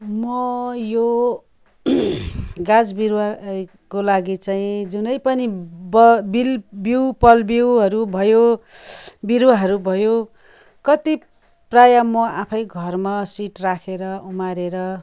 म यो गाछ बिरुवाको लागि चाहिँ जुनै पनि ब बिल बिउ पलबिउहरू भयो बिरुवाहरू भयो कति प्रायः म आफै घरमा सिड राखेर उमारेर